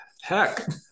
heck